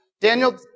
Daniel